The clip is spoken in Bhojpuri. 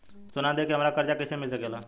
सोना दे के हमरा कर्जा कईसे मिल सकेला?